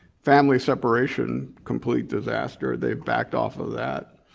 family separation, complete disaster, they've backed off of that.